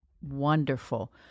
Wonderful